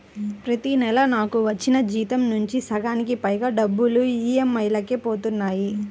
ప్రతి నెలా నాకు వచ్చిన జీతం నుంచి సగానికి పైగా డబ్బులు ఈఎంఐలకే పోతన్నాయి